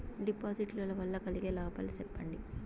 డిపాజిట్లు లు వల్ల కలిగే లాభాలు సెప్పండి?